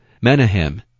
Menahem